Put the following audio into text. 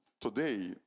today